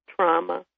trauma